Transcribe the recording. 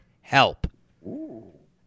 Help